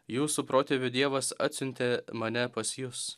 jūsų protėvių dievas atsiuntė mane pas jus